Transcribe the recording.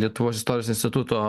lietuvos istorijos instituto